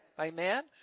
Amen